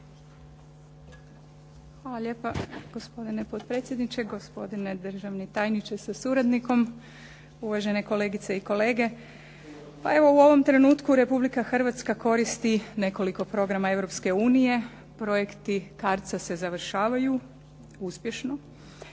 Hvala lijepa. Gospodine potpredsjedniče, gospodine državni tajnike sa suradnikom, uvažene kolegice i kolege. Pa evo, u ovom trenutku Republika Hrvatska koristi nekoliko programa Europske unije, projekti CARDS-a se završavaju uspješno